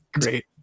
great